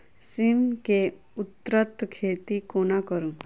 सिम केँ उन्नत खेती कोना करू?